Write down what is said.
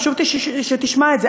חשוב לי שתשמע את זה,